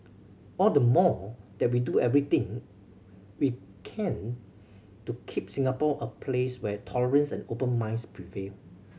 all the more that we do everything we can to keep Singapore a place where tolerance and open minds prevail